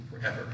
forever